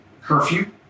Curfew